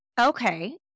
Okay